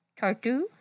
Tartu